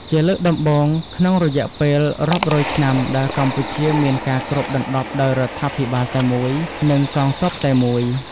ជាលើកដំបូងក្នុងរយៈពេលរាប់រយឆ្នាំ ដែលកម្ពុជាមានការគ្របដណ្តប់ដោយរដ្ឋបាលតែមួយ និងកងទ័ពតែមួយ។